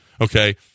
okay